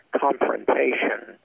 confrontation